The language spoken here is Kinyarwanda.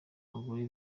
abagore